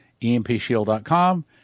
EMPshield.com